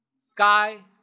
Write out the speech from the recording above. sky